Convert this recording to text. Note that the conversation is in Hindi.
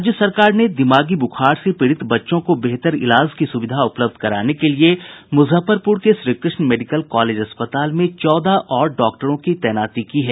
राज्य सरकार ने दिमागी बुखार से पीड़ित बच्चों को बेहतर इलाज की सुविधा उपलब्ध कराने के लिए मुजफ्फरपुर के श्रीकृष्ण मेडिकल कॉलेज अस्पताल में चौदह और डॉक्टरों की तैनाती की है